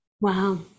Wow